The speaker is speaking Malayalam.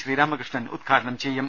ശ്രീരാമകൃഷ്ണൻ ഉദ്ഘാ ടനം ചെയ്യും